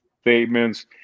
statements